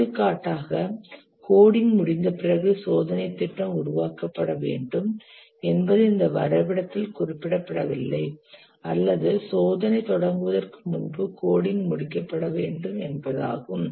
எடுத்துக்காட்டாக கோடிங் முடிந்த பிறகு சோதனை திட்டம் உருவாக்கப்பட வேண்டும் என்பது இந்த வரைபடத்தில் குறிப்பிடப்படவில்லை அல்லது சோதனை தொடங்குவதற்கு முன்பு கோடிங் முடிக்கப்பட வேண்டும் என்பதாகும்